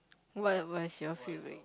what was your favourite